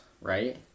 right